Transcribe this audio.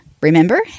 Remember